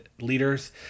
leaders